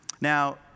Now